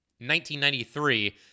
1993